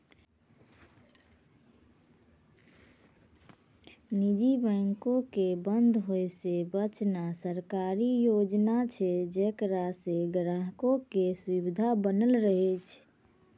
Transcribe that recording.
निजी बैंको के बंद होय से बचाना सरकारी योजना छै जेकरा से ग्राहको के सुविधा बनलो रहै